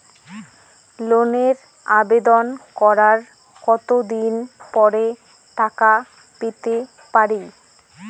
লোনের আবেদন করার কত দিন পরে টাকা পেতে পারি?